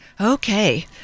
Okay